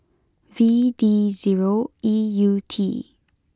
V D zero E U T